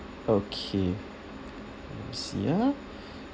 okay let me see ah